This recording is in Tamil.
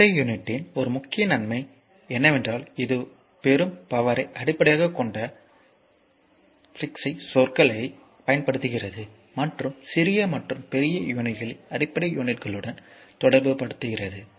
எஸ்ஐ யூனிட்டின் ஒரு முக்கிய நன்மை என்னவென்றால் இது பெறும் பவர்யை அடிப்படையாகக் கொண்ட ப்ரீபிக்ஸ்ச் சொற்களைப் பயன்படுத்துகிறது மற்றும் சிறிய மற்றும் பெரிய யூனிட்களை அடிப்படை யூனிட்களுடன் தொடர்புபடுத்துகிறது